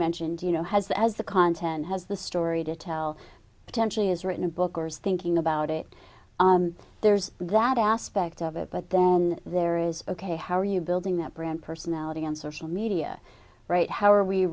mentioned you know has the as the content has the story to tell potentially has written a book or is thinking about it there's that aspect of it but then there is ok how are you building that brand personality answer for media right how are we